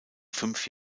fünf